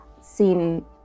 seen